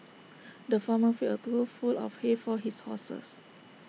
the farmer filled trough full of hay for his horses